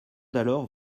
d’alors